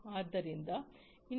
ಆದ್ದರಿಂದ ಇಂಡಸ್ಟ್ರಿ 4